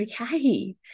okay